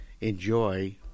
enjoy